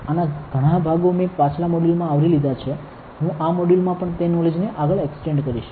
આના ઘણા ભાગો મેં પાછલા મોડ્યુલમાં આવરી લીધા છે હું આ મોડ્યુલમાં પણ તે નોલેજ ને આગળ એક્સટેન્ડ કરીશ